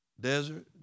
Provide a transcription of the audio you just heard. desert